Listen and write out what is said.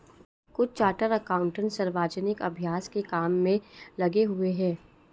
कुछ chartered accountant सार्वजनिक अभ्यास के काम में लगे हुए हैं